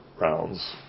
rounds